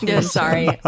Sorry